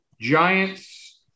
giants